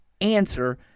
answer